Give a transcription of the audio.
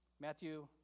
Matthew